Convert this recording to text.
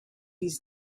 his